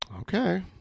Okay